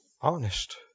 Honest